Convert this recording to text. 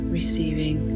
receiving